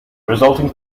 resulting